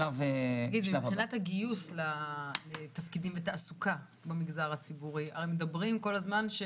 מבחינת גיוס לתפקידים והעסקה במגזר הציבורי הרי מדברים כל הזמן על